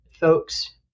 folks